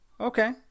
Okay